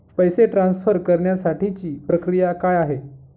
पैसे ट्रान्सफर करण्यासाठीची प्रक्रिया काय आहे?